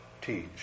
teach